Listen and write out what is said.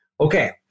Okay